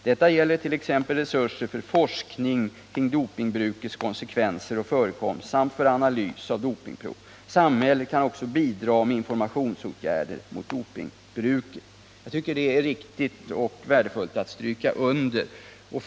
Detta gäller t.ex. resurser för forskning kring dopingbrukets konsekvenser och förekomst samt för analys av dopingprov. Samhället kan också bidra med informationsåtgärder mot dopingbruket.” Jag tycker det är riktigt och värdefullt att stryka under detta.